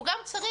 הוא גם צריך